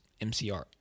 MCR